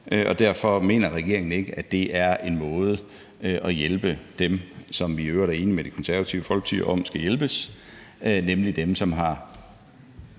og derfor mener regeringen ikke, at det er en måde at hjælpe dem, som vi i øvrigt er enige med Det Konservative Folkeparti om skal hjælpes, nemlig dem, som, fordi